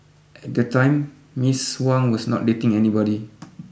at the time Miss Huang was not dating anybody